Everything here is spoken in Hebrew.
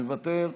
מוותר,